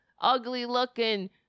ugly-looking